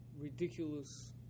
ridiculous